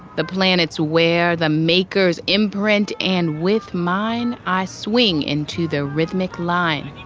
the planets wear the maker's imprint. and with mine, i swing into the rhythmic line.